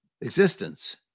existence